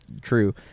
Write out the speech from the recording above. true